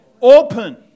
Open